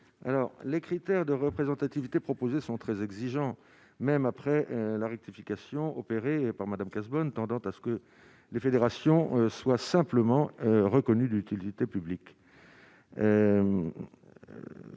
les critères de représentativité proposées sont très exigeants, même après la rectification opérée par Madame Cazebonne, tendant à ce que les fédérations soit simplement reconnue d'utilité publique,